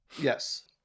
yes